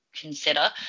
consider